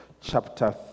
chapter